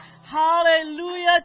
hallelujah